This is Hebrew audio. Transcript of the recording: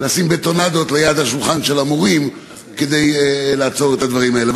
לשים בטונדות ליד השולחן של המורים כדי לעצור את הדברים האלה.